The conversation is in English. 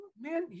man